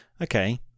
okay